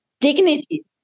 Dignity